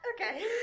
Okay